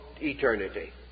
eternity